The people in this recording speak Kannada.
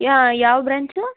ಯಾ ಯಾವ ಬ್ರ್ಯಾಂಚು